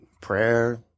prayer